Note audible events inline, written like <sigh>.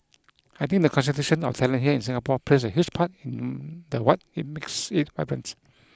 I think the concentration of talent here in Singapore plays a huge part <hesitation> the what makes it vibrant